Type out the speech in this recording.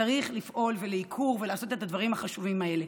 צריך לפעול לעיקור ולעשות את הדברים החשובים האלה,